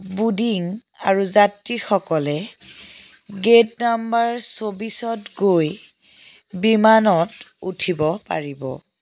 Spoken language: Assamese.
বোৰ্ডিং আৰু যাত্ৰীসকলে গেট নাম্বাৰ চৌবিছত গৈ বিমানত উঠিব পাৰিব